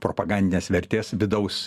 propagandinės vertės vidaus